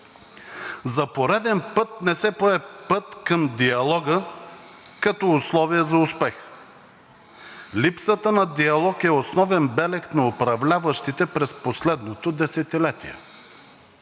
За пореден път не се пое път към диалога като условие за успех. Липсата на диалог е основен белег на управляващите през последното десетилетие.